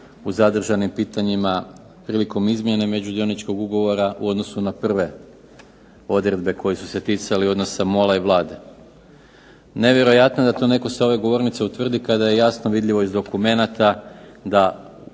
u zadržanim pitanjima prilikom izmjene među dioničkog ugovora u odnosu na prve odredbe koje su se ticale odnosa Mol-a i Vlade. Nevjerojatno da to netko sa ove govornice utvrdi kada je jasno iz dokumenata da